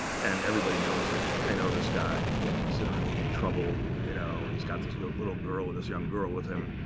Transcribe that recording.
and everybody knows it. they know this guy. they consider him to be trouble. you know he's got this little girl, this young girl, with him.